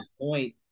point